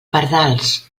pardals